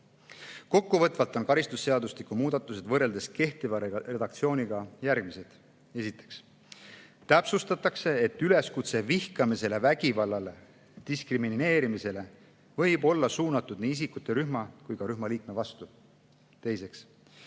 Kokkuvõtvalt on karistusseadustiku muudatused võrreldes kehtiva redaktsiooniga järgmised. Esiteks täpsustatakse, et üleskutse vihkamisele, vägivallale või diskrimineerimisele võib olla suunatud nii isikute rühma kui ka rühma liikme vastu. Teiseks,